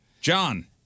John